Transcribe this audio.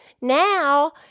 now